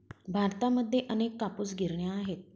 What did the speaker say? भारतामध्ये अनेक कापूस गिरण्या आहेत